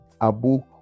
abu